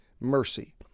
mercy